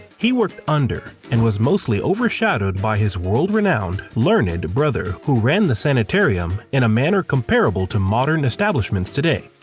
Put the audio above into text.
he worked under, and was mostly overshadowed by his world-renowned, learned brother who ran the sanitarium in a manner comparable to modern establishments today,